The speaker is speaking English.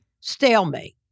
stalemate